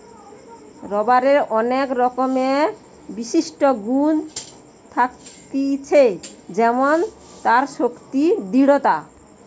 রাবারের অনেক রকমের বিশিষ্ট গুন থাকতিছে যেমন তার শক্তি, দৃঢ়তা